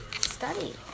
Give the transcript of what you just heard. study